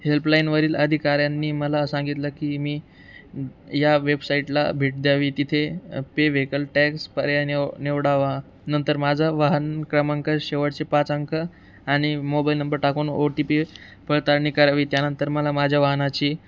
हेल्पलाईनवरील अधिकाऱ्यांनी मला सांगितलं की मी या वेबसाईटला भेट द्यावी तिथे पे व्हेकल टॅक्स पर्याय निव निवडावा नंतर माझं वाहन क्रमांक शेवटचे पाच अंक आणि मोबाईल नंबर टाकून ओ टी पी पडळताणी करावी त्यानंतर मला माझ्या वाहनाची